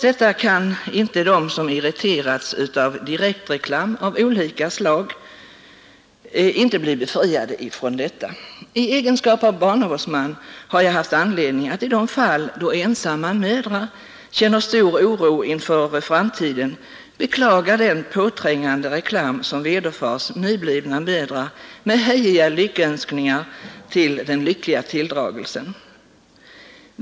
De som nu irriteras av direktreklam av olika slag kan väl inte bli befriade från detta. I egenskap av barnavårdsman har jag haft anledning att i fall då ensamma mödrar känner stor oro inför framtiden beklaga den påträngande reklam som vederfares nyblivna mödrar med hejiga lyckönskningar till den lyckliga tilldragelsen.